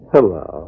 Hello